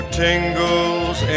tingles